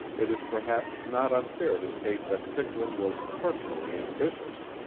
it is perhaps not unfair to state that ficklin was personally ambitious.